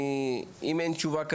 אני נציגה של מנהל מוגבלויות,